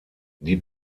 die